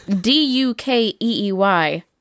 D-U-K-E-E-Y